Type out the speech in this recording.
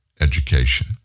education